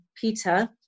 Peter